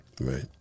Right